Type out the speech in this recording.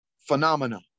phenomena